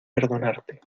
perdonarte